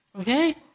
Okay